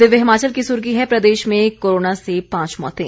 दिव्य हिमाचल की सुर्खी है प्रदेश में कोरोना से पांच मौतें